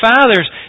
fathers